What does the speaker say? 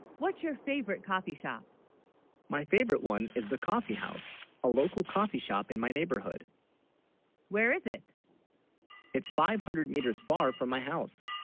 what's your favorite coffee shop my, favorite one is the coffee house a local coffee shop in my neighborhood where is it it's five hundred meters far from my house